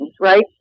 right